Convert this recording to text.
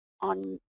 on